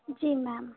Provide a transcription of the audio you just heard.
जी ma'am